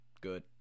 good